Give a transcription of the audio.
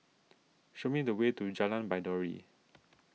show me the way to Jalan Baiduri